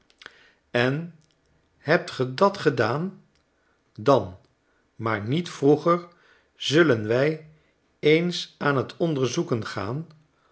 en hebt ge dat gedaan dan maar niet vroeger zullen wij eens aan t onderzoeken gaan